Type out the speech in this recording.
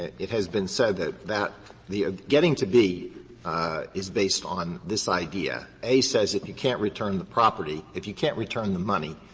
it has been said that that the getting to b is based on this idea. a says if you can't return the property if you can't return the money,